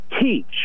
teach